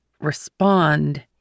respond